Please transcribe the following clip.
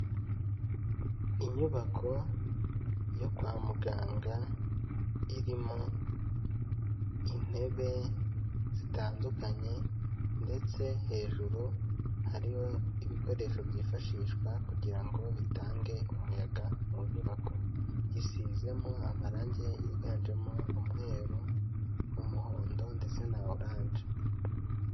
Inyubako yo kwa muganga irimo intebe zitandukanye ndetse hejuru hariho ibikoresho byifashishwa kugira ngo bitange umuyaga mu nyubako, isizemo amarangi, yiganjemo umweru, umuhondo ndetse na oranje.